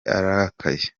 arakaye